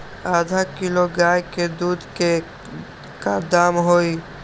आधा किलो गाय के दूध के का दाम होई?